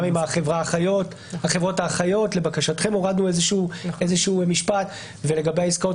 גם עם החברות האחיות כאשר לבקשתכם הורדנו איזשהו משפט ולגבי העסקאות